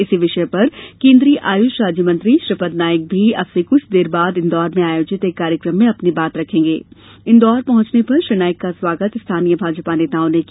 इसी विषय पर केन्द्रीय आयुष राज्य मंत्री श्रीपद नाइक भी अब से कुछ देर बाद इंदौर में आयोजित एक कार्यक्रम में अपनी बात रखेंगे इंदौर पहुंचने पर श्री नाइक का स्वागत स्थानीय भाजपा नेताओं ने किया